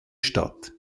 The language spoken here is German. statt